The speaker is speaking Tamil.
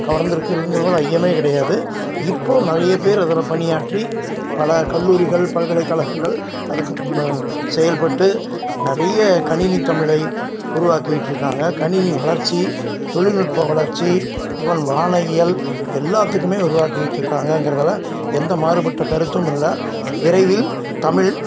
கவர்ந்துருக்குங்கிறதுல ஐயமே கிடையாது இப்போது நிறைய பேர் அதில் பணியாற்றி பல கல்லூரிகள் பல்கலைக்கழகங்கள் அதுக்கப் செயல்பட்டு நிறைய கணினி தமிழை உருவாக்கிட்டிருக்காங்க கணினி வளர்ச்சி தொழில்நுட்ப வளர்ச்சி இவன் வானயியல் எல்லாத்துக்குமே உருவாக்கிட்டிருக்காங்கங்குறதுல எந்த மாறுபட்ட கருத்துமில்லை விரைவில் தமிழ்